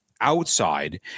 outside